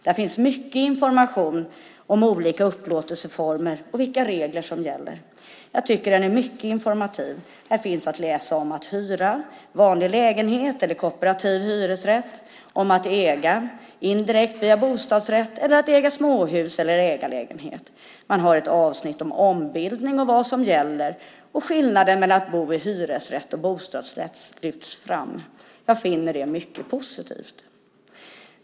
Där finns mycket information om olika upplåtelseformer och vilka regler som gäller. Jag tycker att den är mycket informativ. Här finns att läsa om att hyra, vanlig lägenhet eller i kooperativ hyresrätt, om att äga, indirekt via bostadsrätt eller genom att äga småhus eller ägarlägenhet. Man har ett avsnitt om ombildning och vad som gäller, och skillnaden mellan att bo i hyresrätt och att bo i bostadsrätt lyfts fram. Jag finner det mycket positivt.